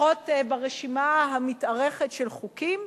פחות ברשימה המתארכת של חוקים,